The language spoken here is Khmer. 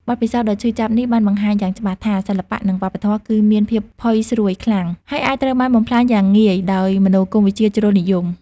បទពិសោធន៍ដ៏ឈឺចាប់នេះបានបង្ហាញយ៉ាងច្បាស់ថា សិល្បៈ និងវប្បធម៌គឺមាន ភាពផុយស្រួយខ្លាំង ហើយអាចត្រូវបានបំផ្លាញយ៉ាងងាយដោយមនោគមវិជ្ជាជ្រុលនិយម។